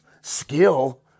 skill